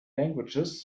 languages